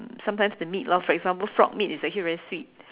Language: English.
um sometime the meat lor for example frog meat is actually very sweet